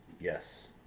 Yes